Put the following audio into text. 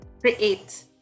create